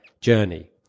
journey